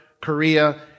Korea